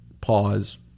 pause